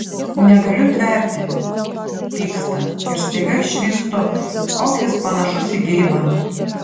negaliu tverti pyksta ir staiga išvystu koks jis panašus į geibą